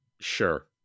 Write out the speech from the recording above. Sure